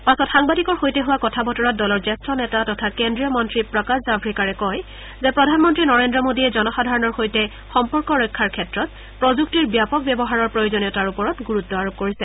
পাছত সাংবাদিকৰ সৈতে হোৱা কথা বতৰাত দলৰ জ্যেষ্ঠ নেতা তথা কেদ্ৰীয় মন্ত্ৰী প্ৰকাশ জাম্ৰেকাৰে কয় যে প্ৰধানমন্ত্ৰী নৰেন্দ্ৰ মোদীয়ে জনসাধাৰণৰ সৈতে সম্পৰ্ক ৰক্ষাৰ ক্ষেত্ৰত প্ৰযুক্তিৰ ব্যাপক ব্যৱহাৰৰ প্ৰয়োজনীয়তাৰ ওপৰত গুৰুত্ব আৰোপ কৰিছে